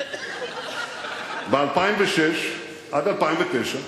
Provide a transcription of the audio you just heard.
ב-2006 2009,